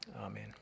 amen